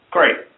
Great